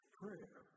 prayer